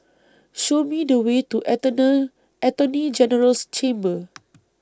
Show Me The Way to Attorney General's Chambers